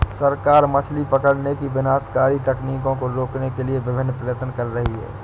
सरकार मछली पकड़ने की विनाशकारी तकनीकों को रोकने के लिए विभिन्न प्रयत्न कर रही है